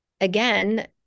again